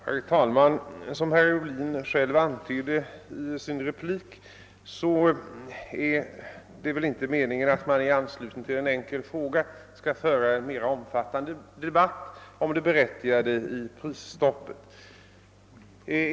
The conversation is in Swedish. Herr talman! Som herr Ohlin själv antydde i sitt anförande är det väl inte meningen att man i anslutning till besvarandet av en enkel fråga skall föra en mera omfattande debatt om det berättigade i prisstoppet.